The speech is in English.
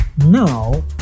now